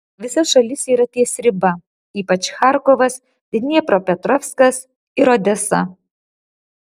visa šalis yra ties riba ypač charkovas dniepropetrovskas ir odesa